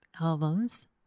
albums